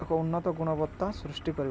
ଏକ ଉନ୍ନତ ଗୁଣବତ୍ତା ସୃଷ୍ଟି କରିବ